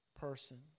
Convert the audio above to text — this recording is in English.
persons